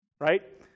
Right